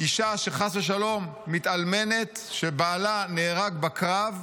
אישה שחס ושלום מתאלמנת, שבעלה נהרג בקרב,